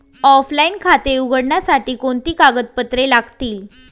Offline खाते उघडण्यासाठी कोणती कागदपत्रे लागतील?